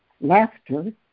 laughter